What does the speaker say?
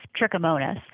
trichomonas